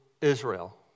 Israel